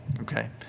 okay